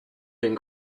been